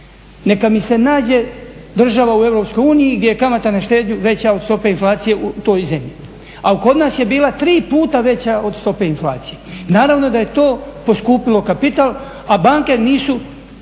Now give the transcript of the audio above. Neka mi se nađe država u Europskoj uniji gdje je kamata na štednju veća od stope inflacije u toj zemlji. A kod nas je bila tri puta veća od stope inflacije. Naravno da je to poskupilo kapital a banke nisu